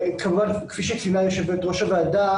כפי שציינה יושבת-ראש הוועדה,